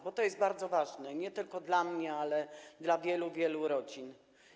Bo to jest bardzo ważne, nie tylko dla mnie, ale dla wielu, wielu rodzin.